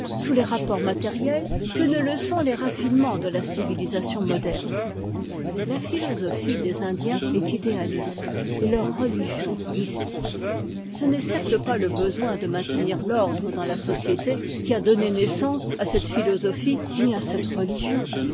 sous les rapports matériels que ne le sont les raffinements de la civilisation moderne la philosophie des indiens est idéaliste et leur religion mystique ce n'est certes pas le besoin de maintenir l'ordre dans la société qui a donné naissance à cette philosophie ni à cette religion